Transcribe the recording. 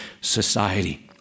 society